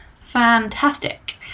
fantastic